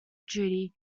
judy